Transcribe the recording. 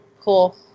Cool